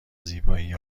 زیبایی